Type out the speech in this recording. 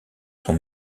son